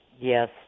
Yes